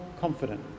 confident